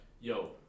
yo